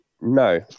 no